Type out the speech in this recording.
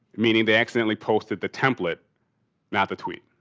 meaning, they accidentally posted the template not the tweet,